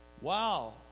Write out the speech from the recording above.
Wow